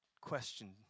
question